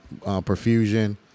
perfusion